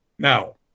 Now